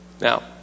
Now